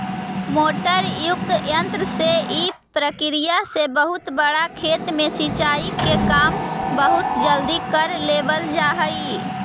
motor युक्त यन्त्र से इ प्रक्रिया से बहुत बड़ा खेत में सिंचाई के काम बहुत जल्दी कर लेवल जा हइ